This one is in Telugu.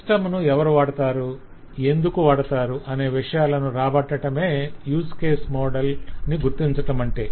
సిస్టమ్ ను ఎవరు వాడతారు ఎందుకు వాడతారు అనే విషయాలను రాబట్టటమే యూస్ కేసు మోడల్ ని గుర్తించటమంటే